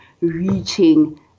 reaching